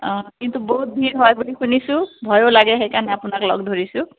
অঁ কিন্তু বহুত ভিৰ হয় বুলি শুনিছোঁ ভয়ো লাগে সেইকাৰণে আপোনাক লগ ধৰিছোঁ